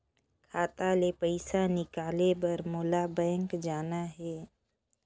खाता ले पइसा निकाले बर मोला बैंक जाना हे?